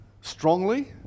strongly